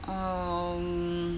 um